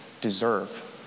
deserve